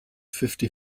fifty